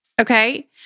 okay